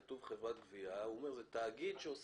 כתוב: "חברת גבייה" הוא אומר שזה תאגיד שעוסק.